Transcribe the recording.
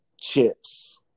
chips